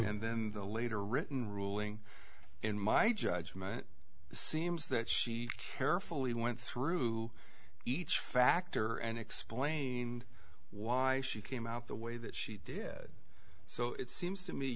and then the later written ruling in my judgment seems that she carefully went through each factor and explained why she came out the way that she did so it seems to me